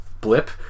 blip